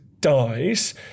dies